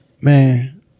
Man